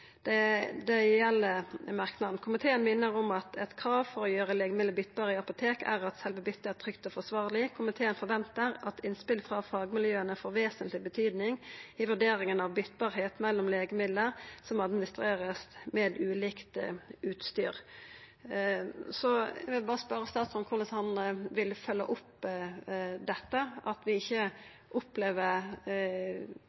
Det gjeld dette: «Komiteen minner om at et krav for å gjøre legemidler byttbare i apotek er at selve byttet er trygt og forsvarlig. Komiteen forventer at innspill fra fagmiljøene får vesentlig betydning i vurderingen av byttbarhet mellom legemidler som administreres med ulikt utstyr.» Eg vil berre spørja statsråden korleis han vil følgja opp dette, at vi